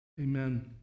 Amen